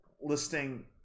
listing